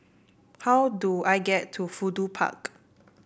how do I get to Fudu Park